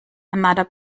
another